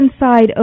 inside